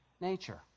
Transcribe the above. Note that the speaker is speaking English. nature